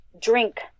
drink